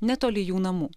netoli jų namų